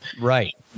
Right